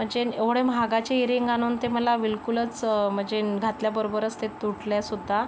म्हणजे एवढे महागाचे इयरिंग आणून ते मला बिलकुलच म्हणजे न् घातल्याबरोबरच ते तुटल्यासुद्धा